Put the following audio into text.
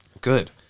Good